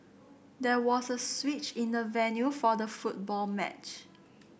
there was a switch in the venue for the football match